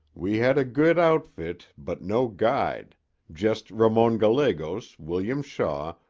we had a good outfit but no guide just ramon gallegos, william shaw,